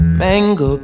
mango